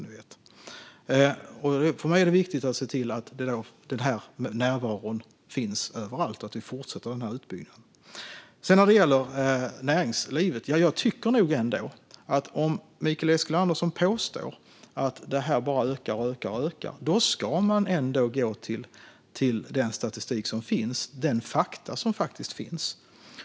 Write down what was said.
För mig är det viktigt att se till att denna närvaro finns överallt och att vi fortsätter utbyggnaden. När det gäller näringslivet tycker jag nog ändå att om Mikael Eskilandersson påstår att detta bara ökar ska man gå till den statistik och de fakta som finns.